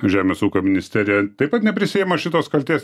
žemės ūkio ministerija taip pat neprisiima šitos kaltės